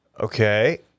Okay